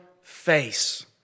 face